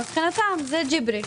מבחינתם זה ג'יבריש.